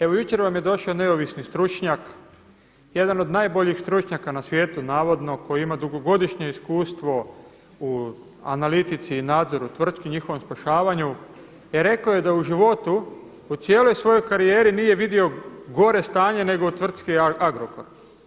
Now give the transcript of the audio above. Evo jučer vam je došao neovisni stručnjak, jedan od najboljih stručnjaka na svijetu navodno koji ima dugogodišnje iskustvo u analitici i nadzoru tvrtki i njihovom spašavanju i rekao je da u životu u cijeloj svojoj karijeri nije vidio gore stanje nego u tvrtki Agrokor.